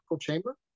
chamber